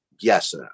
yes